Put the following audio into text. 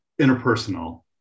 interpersonal